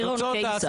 נירון קיסר.